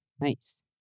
Nice